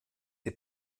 die